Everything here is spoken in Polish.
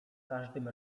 każdym